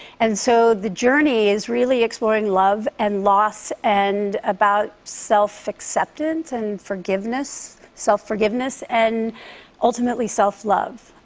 and so the journey is really exploring love and loss and about self-acceptance and forgiveness, self-forgiveness, and ultimately self-love.